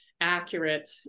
accurate